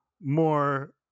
more